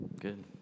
Good